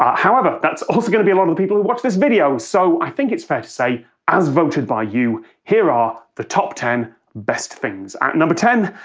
however, that's also going to be a lot of the people who watch this video, so, i think it's fair to say, as voted by you here are the top ten best things. at number ten,